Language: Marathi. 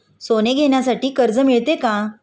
सोने घेण्यासाठी कर्ज मिळते का?